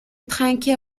trinquer